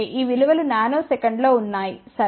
ఈ విలువలు నానోసెకండ్లో ఉన్నాయి సరే